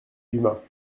dumas